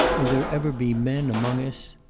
will there ever be men among us?